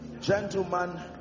Gentlemen